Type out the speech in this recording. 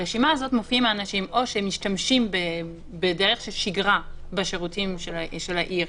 ברשימה הזאת מופיעים האנשים או שמשתמשים בדרך שגרה בשירותי העיר,